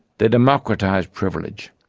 they democratise privilege,